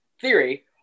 theory